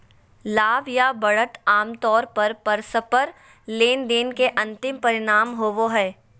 लाभ या बढ़त आमतौर पर परस्पर लेनदेन के अंतिम परिणाम होबो हय